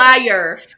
Liar